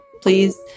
please